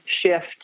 shift